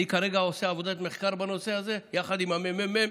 אני כרגע עושה עבודת מחקר בנושא הזה יחד עם הממ"מ.